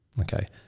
Okay